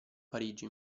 parigi